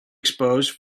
expose